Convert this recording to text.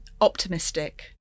optimistic